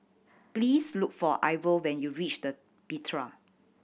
please look for Ivor when you reach the Bitraa